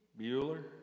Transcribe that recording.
Bueller